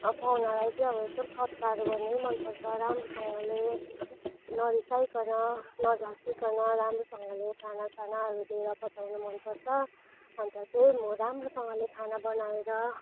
अब पाहुनालाई चाहिँ अब एकदम सत्कार गर्नै मनपर्छ राम्रोसँगले नरिसाइकन नझर्किकन राम्रोसँगले खानासानाहरू दिएर पठाउन मनपर्छ अन्त चाहिँ म राम्रोसँगले खाना बनाएर